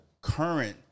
current